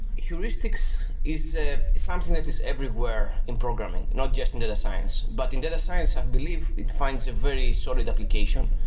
heuristics is ah something that is everywhere in programming, not just in data science. but in data science i believe it finds a very sorted application,